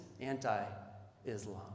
anti-islam